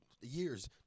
Years